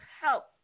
help